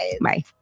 Bye